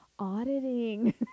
auditing